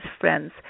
friends